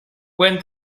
buen